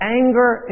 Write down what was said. anger